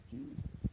Jesus